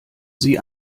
sie